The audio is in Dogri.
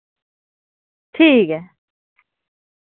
ठीक ऐ